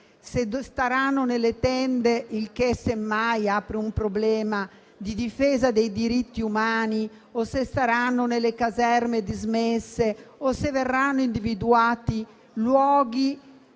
se staranno nelle tende - il che, semmai, apre un problema di difesa dei diritti umani - o se staranno nelle caserme dismesse o se verranno individuati luoghi